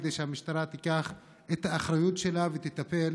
כדי שהמשטרה תיקח עליה את האחריות ותטפל